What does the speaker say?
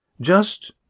Just